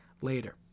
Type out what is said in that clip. later